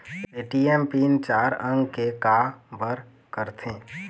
ATM pin चार अंक के का बर करथे?